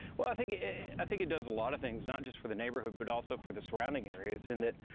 well, i think it i think it does a lot of things, not just for the neighborhood but also for the surrounding areas, in that,